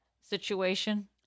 situation